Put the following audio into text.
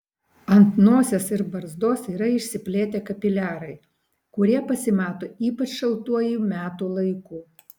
ant nosies ir barzdos yra išsiplėtę kapiliarai kurie pasimato ypač šaltuoju metų laiku